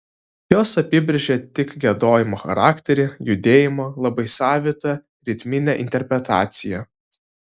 jos apibrėžė tik giedojimo charakterį judėjimą labai savitą ritminę interpretaciją